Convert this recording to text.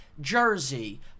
Jersey